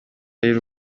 y’u